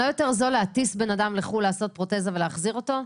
לא יותר זול להטיס בן-אדם לחו"ל לעשות פרוטזה ולהחזיר אותו?